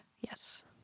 Yes